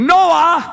Noah